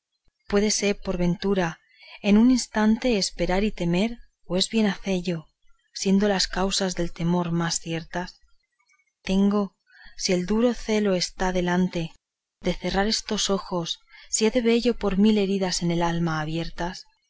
juro puédese por ventura en un instante esperar y temer o es bien hacello siendo las causas del temor más ciertas tengo si el duro celo está delante de cerrar estos ojos si he de vello por mil heridas en el alma abiertas